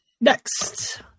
Next